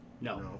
No